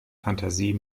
fantasie